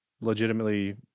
legitimately